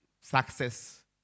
success